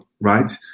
right